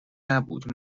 نبود